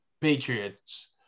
Patriots